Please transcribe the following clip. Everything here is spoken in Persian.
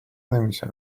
نمیشن